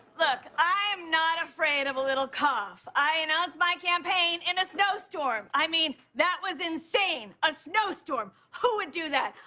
look, i'm not afraid of a little cough. i announced my campaign in a snowstorm. i mean, that was insane. a snowstorm, who would do that.